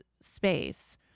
space